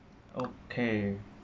okay